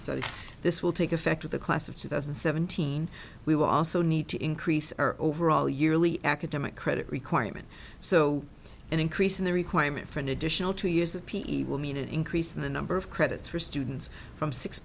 that this will take effect with the class of two thousand and seventeen we will also need to increase our overall yearly academic credit requirement so an increase in the requirement for an additional two years of p c will mean an increase in the number of credits for students from six